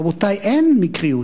רבותי, אין מקריות.